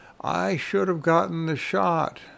I-should-have-gotten-the-shot